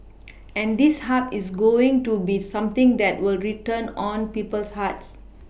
and this Hub is going to be something that will return on people's hearts